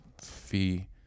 fee